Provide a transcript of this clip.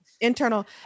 Internal